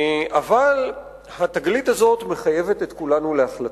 אבל התגלית הזאת מחייבת את כולנו להחלטות.